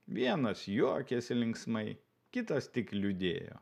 vienas juokėsi linksmai kitas tik liūdėjo